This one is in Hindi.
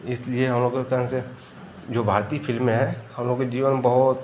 इसलिए हम लोग के कहने से जो भारतीय फिल्में हैं हम लोग के जीवन में बहुत